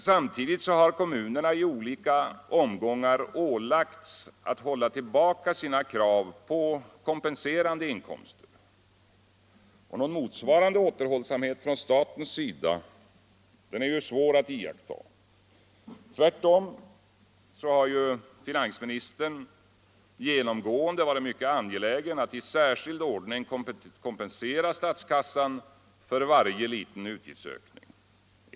Samtidigt har kommunerna i olika omgångar ålagts att hålla tillbaka sina krav på kompenserande inkomster. Någon motsvarande återhållsamhet från statens sida är svår att iaktta. Tvärtom har ju finansministern genomgående varit mycket angelägen att i särskild ordning kompensera statskassan för varje liten utgiftsökning.